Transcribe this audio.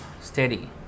steady